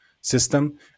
system